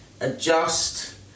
adjust